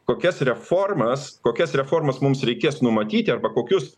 kokias reformas kokias reformas mums reikės numatyti arba kokius